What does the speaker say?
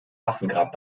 massengrab